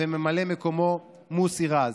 וממלא מקומו: מוסי רז,